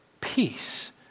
Peace